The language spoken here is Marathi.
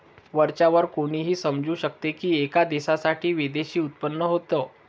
वरच्या वर कोणीही समजू शकतो की, एका देशासाठी विदेशी उत्पन्न होत